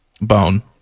Bone